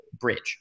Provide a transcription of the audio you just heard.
bridge